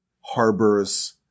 harbors